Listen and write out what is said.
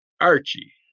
Archie